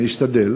אני אשתדל